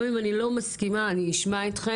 גם אם אני לא מסכימה, אני אשמע אתכן.